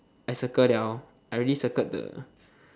I circle liao I already circled the